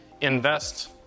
invest